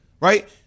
right